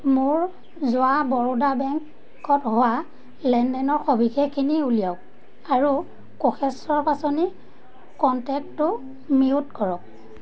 মোৰ যোৱা বৰোদা বেংকত হোৱা লেনদেনৰ সবিশেষখিনি উলিয়াওক আৰু কোষেশ্বৰ পাছনি কণ্টেক্টটো মিউট কৰক